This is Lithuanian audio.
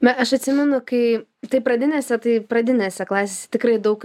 na aš atsimenu kai tai pradinėse tai pradinėse klasėse tikrai daug